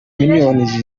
millions